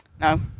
No